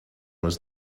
was